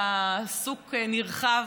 עיסוק נרחב